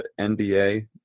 NBA